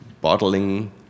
bottling